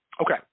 Okay